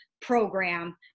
program